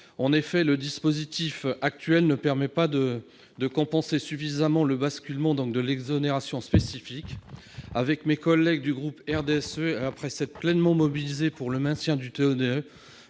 En effet, le dispositif actuel ne permet pas de compenser suffisamment le basculement des exonérations spécifiques. Avec mes collègues du groupe du RDSE, après nous être pleinement mobilisés pour le maintien du TO-DE,